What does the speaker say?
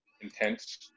intense